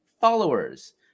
followers